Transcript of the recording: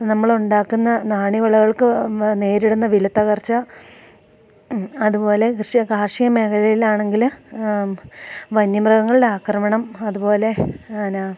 നമ്മളുണ്ടാക്കുന്ന നാണ്യവിളകൾക്ക് നേരിടുന്ന വിലത്തകർച്ച അതു പോലെ കൃഷി കാർഷിക മേഖലയിലാണെങ്കിൽ വന്യമൃഗങ്ങളുടെ ആക്രമണം അതുപോലെ ന്ന